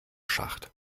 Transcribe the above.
schacht